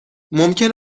ممکن